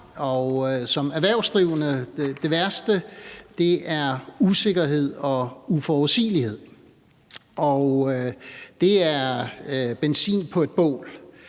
Som erhvervsdrivende er det værste usikkerhed og uforudsigelighed. Det er benzin på bålet.